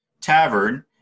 tavern